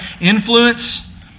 influence